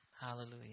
hallelujah